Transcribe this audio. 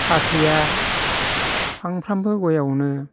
फाथैया फांफ्रामबो गयआवनो